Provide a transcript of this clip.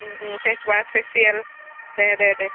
face wash फेसियेल दे दे दे